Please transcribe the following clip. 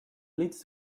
leads